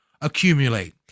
accumulate